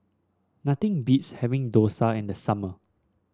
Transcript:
nothing beats having dosa in the summer